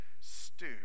stew